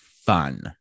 fun